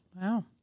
Wow